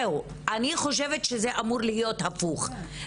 אני חושבת שזה אמור להיות הפוך.